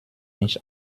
nicht